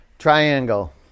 Triangle